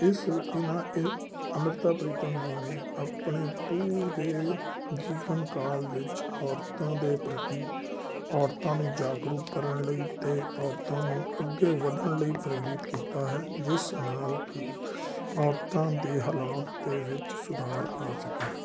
ਇਸ ਇਹਨਾਂ ਇਹ ਅੰਮ੍ਰਿਤਾ ਪ੍ਰੀਤਮ ਜੀ ਨੇ ਆਪਣੇ ਪੂਰੇ ਜੀਵਨ ਕਾਲ ਵਿੱਚ ਔਰਤਾਂ ਦੇ ਪ੍ਰਤੀ ਔਰਤਾਂ ਨੂੰ ਜਾਗਰੂਕ ਕਰਨ ਲਈ ਅਤੇ ਔਰਤਾਂ ਨੂੰ ਅੱਗੇ ਵਧਣ ਲਈ ਪ੍ਰੇਰਿਤ ਕੀਤਾ ਹੈ ਜਿਸ ਨਾਲ ਕਿ ਔਰਤਾਂ ਦੇ ਹਲਾਤ ਦੇ ਵਿੱਚ ਸੁਧਾਰ ਆ ਸਕੇ